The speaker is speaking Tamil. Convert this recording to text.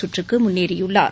சுற்றுக்கு முன்னேறியுள்ளார்